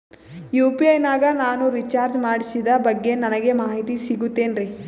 UPI ನಾಗ ನಾನು recharge ಮಾಡಿಸಿದ ಬಗ್ಗೆ ನನಗೆ ಮಾಹಿತಿ ಸಿಗುತೇನ್ರೀ?